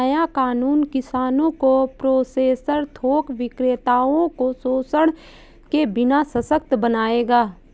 नया कानून किसानों को प्रोसेसर थोक विक्रेताओं को शोषण के बिना सशक्त बनाएगा